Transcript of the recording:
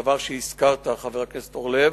דבר שהזכרת, חבר הכנסת אורלב,